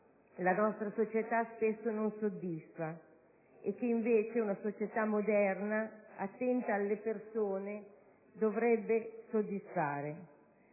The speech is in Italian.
la nostra società spesso non soddisfa e che invece una società moderna, attenta alle persone, dovrebbe soddisfare.